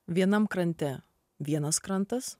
vienam krante vienas krantas